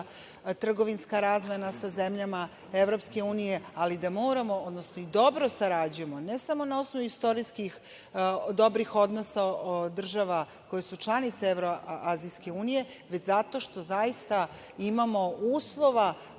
trgovinska razmena sa zemljama EU, ali da moramo, odnosno i dobro sarađujemo ne samo na osnovu istorijskih dobrih odnosa država koje su članice Evroazijske unije, već zato što zaista imamo uslova